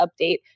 update